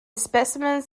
specimens